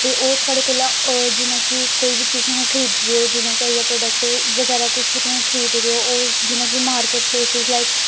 ते ओह् थोआढ़े कोला जियां कि कोई बी चीज़ तुसें खरीददे ओ जियां कि आई गेआ प्रोडेक्ट बगैरा कुछ बी तुसें खरीददे ओ जियां कि मार्किट प्लेसिस लाईक